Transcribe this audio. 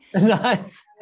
Nice